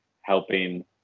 helping